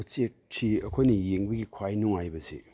ꯎꯆꯦꯛꯁꯤ ꯑꯩꯈꯣꯏꯅ ꯌꯦꯡꯕꯒꯤ ꯈ꯭ꯋꯥꯏ ꯅꯨꯡꯉꯥꯏꯕꯁꯤ